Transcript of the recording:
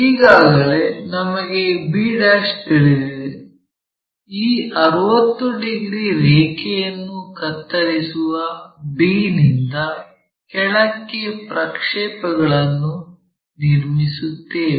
ಈಗಾಗಲೇ ನಮಗೆ b ತಿಳಿದಿದೆ ಈ 60 ಡಿಗ್ರಿ ರೇಖೆಯನ್ನು ಕತ್ತರಿಸುವ b ನಿಂದ ಕೆಳಕ್ಕೆ ಪ್ರಕ್ಷೇಪಗಳನ್ನು ನಿರ್ಮಿಸುತ್ತೇವೆ